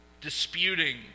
disputing